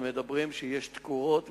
הם אומרים שיש תקורות,